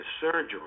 surgery